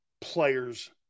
player's